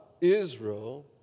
Israel